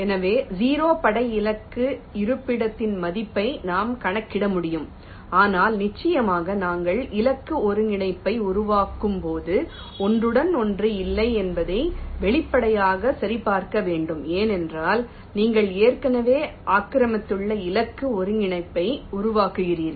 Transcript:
எனவே 0 படை இலக்கு இருப்பிடத்தின் மதிப்பை நாம் கணக்கிட முடியும் ஆனால் நிச்சயமாக நாங்கள் இலக்கு ஒருங்கிணைப்பை உருவாக்கும் போது ஒன்றுடன் ஒன்று இல்லை என்பதை வெளிப்படையாக சரிபார்க்க வேண்டும் ஏனென்றால் நீங்கள் ஏற்கனவே ஆக்கிரமித்துள்ள இலக்கு ஒருங்கிணைப்பை உருவாக்குகிறீர்கள்